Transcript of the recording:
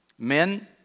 Men